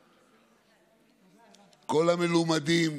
תודה, אדוני.